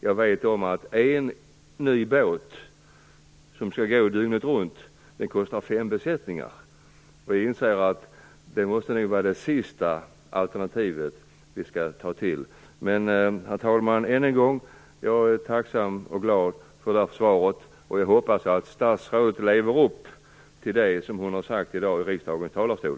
Jag vet att en ny båt som går dygnet runt kostar fem besättningar och inser att detta måste bli det sista alternativet i dessa besparingstider. Herr talman! Jag är, som sagt, tacksam och glad över svaret, och jag hoppas att statsrådet lever upp till det som hon har sagt i dag från riksdagens talarstol.